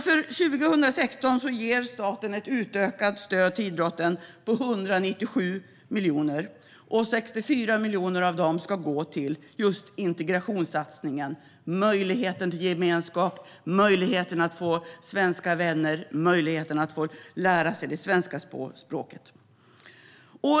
För 2016 ger staten ett utökat stöd till idrotten på 197 miljoner. Av dessa ska 64 miljoner gå till just integrationssatsningen, möjligheten till gemenskap, möjligheten att få svenska vänner och möjligheten att få lära sig det svenska språket.